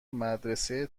مدرسه